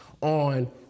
on